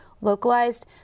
localized